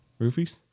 Roofies